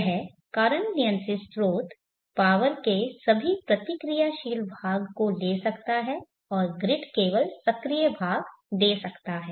यह करंट नियंत्रित स्रोत पावर के सभी प्रतिक्रियाशील भाग को ले सकता है और ग्रिड केवल सक्रिय भाग दे सकता है